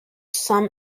sum